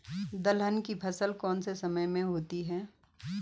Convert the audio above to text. दलहन की फसल कौन से समय में होती है?